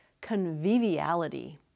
conviviality